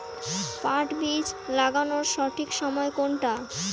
পাট বীজ লাগানোর সঠিক সময় কোনটা?